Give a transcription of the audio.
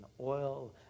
oil